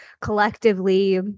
collectively